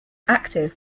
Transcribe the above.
active